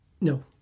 No